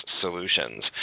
solutions